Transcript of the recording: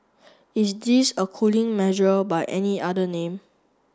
is this a cooling measure by any other name